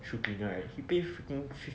shoe cleaner right he pay freaking